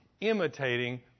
Imitating